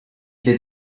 did